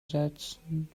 setzen